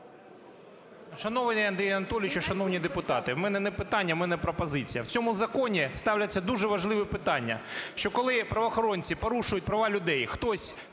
Шановний Андрію Анатолійовичу, шановні депутати! У мене не питання, у мене пропозиція. В цьому законі ставляться дуже важливі питання. Що коли правоохоронці порушують права людей, хтось…